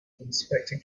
inspector